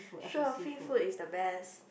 sure free food is the best